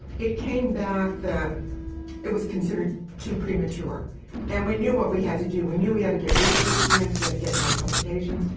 it came back that it was considered too premature and we knew what we had to do, we knew we had to get research grants, we had to get more publications,